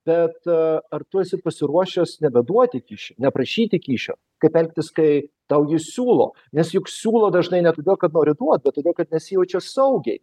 bet ar tu esi pasiruošęs nebeduoti kyšio neprašyti kyšio kaip elgtis kai tau siūlo nes juk siūlo dažnai ne todėl kad nori duot bet todėl kad nesijaučia saugiai